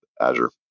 Azure